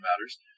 matters